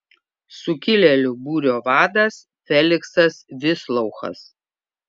sukilėlių būrio vadas feliksas vislouchas